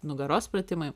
nugaros pratimai